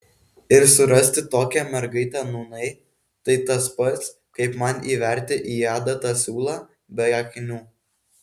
ir surasti tokią mergaitę nūnai tai tas pats kaip man įverti į adatą siūlą be akinių